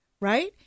right